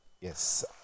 Yes